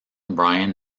brian